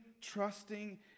trusting